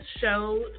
show